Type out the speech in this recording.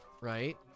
right